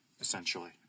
essentially